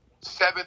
seven